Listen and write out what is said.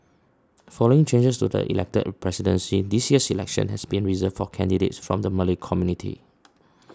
following changes to the elected a presidency this year's election has been reserved for candidates from the Malay community